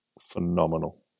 phenomenal